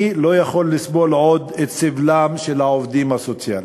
אני לא יכול לסבול עוד את סבלם של העובדים הסוציאליים"